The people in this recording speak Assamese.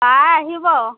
বা আহিব